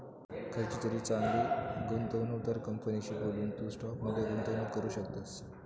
खयचीतरी चांगली गुंवणूकदार कंपनीशी बोलून, तू स्टॉक मध्ये गुंतवणूक करू शकतस